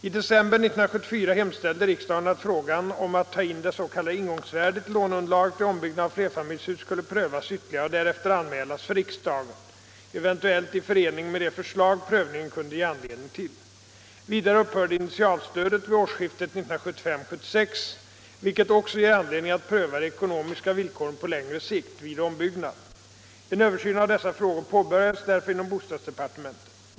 I december 1974 hemställde riksdagen att frågan om att ta in det s.k. ingångsvärdet i låneunderlaget vid ombyggnad av flerfamiljshus skulle prövas ytterligare och därefter anmälas för riksdagen, eventuellt i förening med de förslag prövningen kunde ge anledning till. Vidare upphör initialstödet vid årsskiftet 1975-1976, vilket också ger anledning att pröva de ekonomiska villkoren på längre sikt vid ombyggnad. En översyn av dessa frågor påbörjades därför inom bostadsdepartementet.